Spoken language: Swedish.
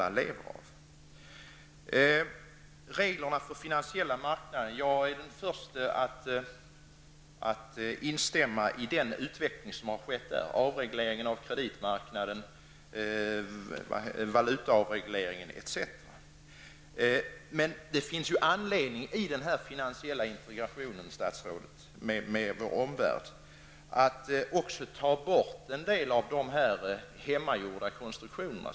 Vidare har vi reglerna för den finansiella marknaden. Jag är den första att instämma i utvecklingen som har skett där, dvs. avregleringen av kreditmarknaden, valutaavregleringen osv. Men det finns anledning, statsrådet, i den finansiella integrationen med vår omvärld att också ta bort en del av de hemmagjorda konstruktionerna.